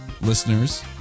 Listeners